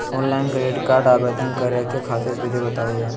Online credit card आवेदन करे खातिर विधि बताही हो?